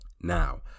Now